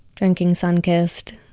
drinking sunkist.